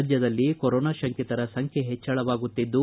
ರಾಜ್ಯದಲ್ಲಿ ಕೊರೊನಾ ಶಂಕಿತರ ಸಂಖ್ಯೆ ಹೆಚ್ಚಳವಾಗುತ್ತಿದ್ದು